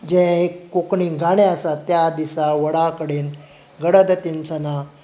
जें कोंकणी गाणें आसा त्या दिसा वडा कडेन गडद तिनसनां